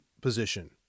position